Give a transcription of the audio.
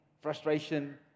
frustration